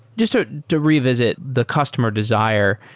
just to to revisit the customer desire,